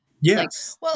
Yes